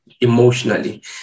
emotionally